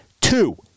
Two